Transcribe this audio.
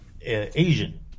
Asian